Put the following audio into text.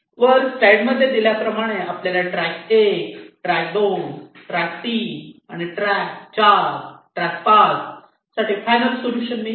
वर स्लाईड मध्ये दिल्याप्रमाणे आपल्याला ट्रॅक 1 ट्रॅक 2 ट्रॅक 3 आणि ट्रॅक 4 5 साठी फ़ायनल सोल्युशन मिळते